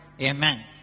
Amen